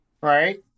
right